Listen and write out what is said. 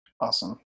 Awesome